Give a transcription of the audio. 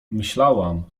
myślałam